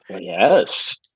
Yes